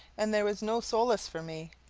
and there was no solace for me.